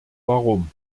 warum